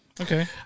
okay